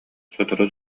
сотору